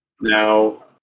Now